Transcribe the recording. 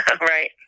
Right